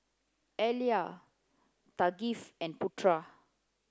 Alya Thaqif and Putra